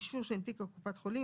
אישור שהנפיקה קופת חולים,